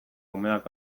umeak